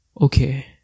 okay